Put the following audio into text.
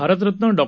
Bharat Ratna Dr